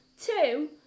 two